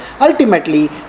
Ultimately